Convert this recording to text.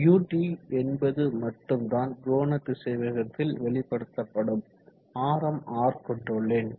ut என்பது மட்டும்தான் கோணத்திசைவேகத்தில் வெளிப்படுத்தப்படும் ஆரம் r கொண்டுள்ளேன்